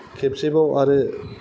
खेबसेबाव आरो